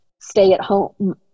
stay-at-home